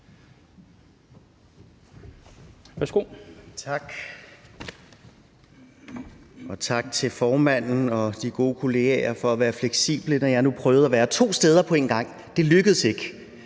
(SF): Tak. Og tak til formanden og de gode kolleger for at være fleksible, når jeg nu prøvede at være to steder på én gang – det lykkedes ikke.